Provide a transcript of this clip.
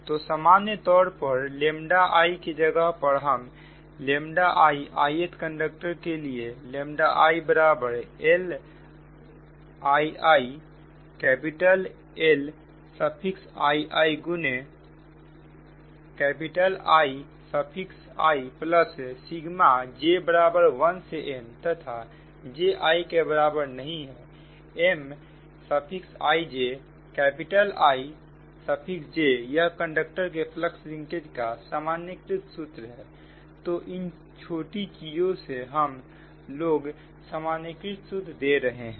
तो सामान्य तौर पर 1 की जगह पर हम ii th कंडक्टर के लिए i बराबर Lii capital L suffix ii गुने Iiप्लस सिगमा j1 से n तथा j i के बराबर नहीं है MijIj यह कंडक्टर के फ्लक्स लिंकेज का सामान्यीकृत सूत्र है तो इन छोटी चीजों से हम लोग सामान्यीकृत सूत्र दे रहे हैं